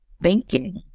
banking